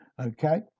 okay